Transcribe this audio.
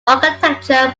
architecture